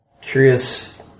curious